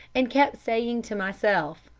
and kept saying to myself,